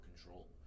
control